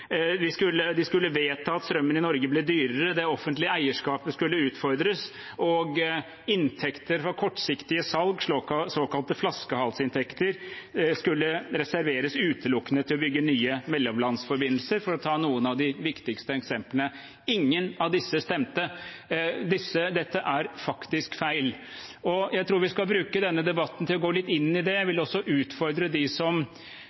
De skulle vedta at strømmen i Norge ble dyrere, det offentlige eierskapet skulle utfordres, og inntekter fra kortsiktige salg, såkalte flaskehalsinntekter, skulle reserveres utelukkende til å bygge nye mellomlandsforbindelser, for å ta noen av de viktigste eksemplene. Ingen av disse stemte. Dette er faktisk feil. Jeg tror vi skal bruke denne debatten til å gå litt inn i det. Jeg vil også utfordre dem som